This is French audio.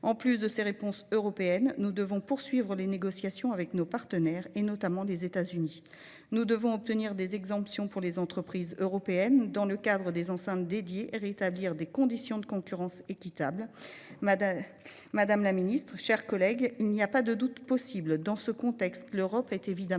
En plus de ces réponses européennes, il nous faut poursuivre les négociations avec nos partenaires, notamment les États-Unis. Nous devons obtenir des exemptions pour les entreprises européennes dans le cadre des enceintes consacrées à ces questions et rétablir des conditions de concurrence équitables. Madame la secrétaire d'État, chers collègues, il n'y a pas de doutes possibles : dans ce contexte, l'Europe est évidemment